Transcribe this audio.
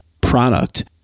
product